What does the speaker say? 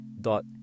dot